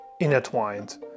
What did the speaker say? intertwined